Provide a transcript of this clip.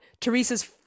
teresa's